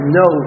no